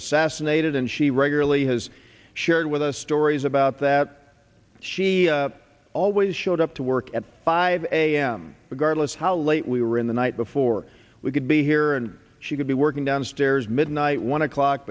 assassinated and she regularly has shared with us stories about that she always showed up to work at five a m regardless how late we were in the night before we could be here and she could be working downstairs midnight one o'clock